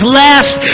last